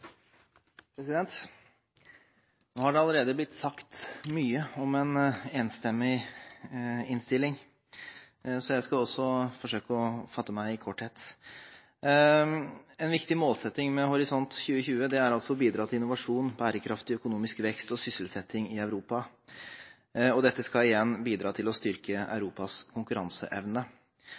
Nå har det allerede blitt sagt mye om en enstemmig innstilling, så jeg skal også forsøke å fatte meg i korthet. En viktig målsetting med Horisont 2020 er altså å bidra til innovasjon, bærekraftig økonomisk vekst og sysselsetting i Europa, og dette skal igjen bidra til å styrke Europas konkurranseevne.